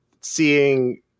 seeing